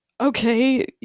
okay